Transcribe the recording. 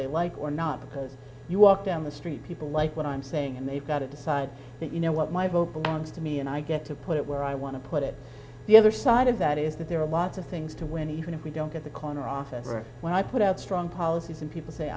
they like or not because you walk down the street people like what i'm saying and they've got to decide that you know what my vote belongs to me and i get to put it where i want to put it the other side of that is that there are lots of things to win even if we don't get the corner office when i put out strong policies and people say